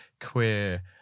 queer